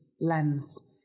lens